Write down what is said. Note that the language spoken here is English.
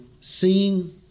seeing